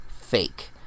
fake